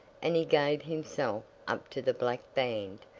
and he gave himself up to the black band,